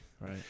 right